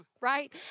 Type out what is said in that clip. right